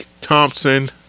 Thompson